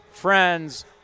friends